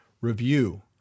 review